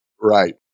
Right